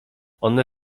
one